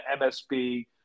MSB